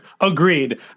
agreed